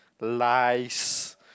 lies